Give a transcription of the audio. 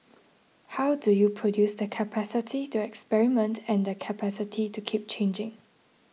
how do you produce the capacity to experiment and the capacity to keep changing